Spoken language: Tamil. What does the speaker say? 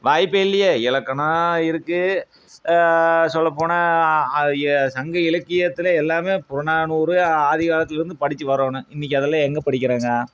வாய்ப்பே இல்லையே இலக்கணம் இருக்குது சொல்ல போனால் சங்க இலக்கியத்தில் எல்லாமே புறநாநூறு ஆதிகாலத்துலேருந்து படிச்சு வரணும் இன்றைக்கி அதெலாம் எங்கே படிக்கிறாங்க